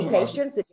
patience